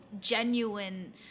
genuine